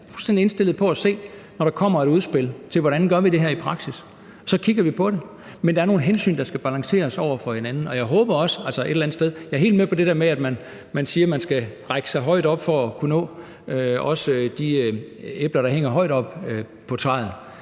jo i forhandlingerne – at se på, når der kommer et udspil, hvordan vi gør det her i praksis. Så kigger vi på det. Men der er nogle hensyn, der skal balanceres over for hinanden. Jeg er helt med på det der med, at man siger, at man skal strække sig højt for at nå de æbler, der hænger højt oppe på træet,